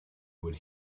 would